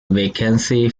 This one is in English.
vacancy